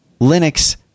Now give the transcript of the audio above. Linux